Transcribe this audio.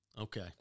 Okay